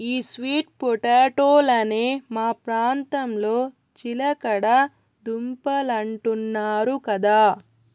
ఈ స్వీట్ పొటాటోలనే మా ప్రాంతంలో చిలకడ దుంపలంటున్నారు కదా